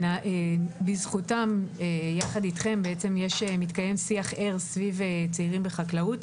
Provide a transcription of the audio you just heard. בזכותם יחד אתכם בעצם מתקיים שיח ער סביב צעירים בחקלאות.